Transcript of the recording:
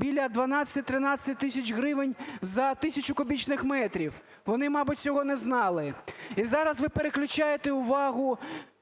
біля 12-13 тисяч гривень за тисячу кубічних метрів. Вони, мабуть, цього не знали. І зараз ви переключаєте увагу